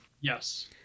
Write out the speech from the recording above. Yes